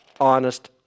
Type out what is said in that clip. honest